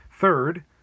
Third